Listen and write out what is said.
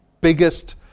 biggest